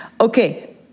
Okay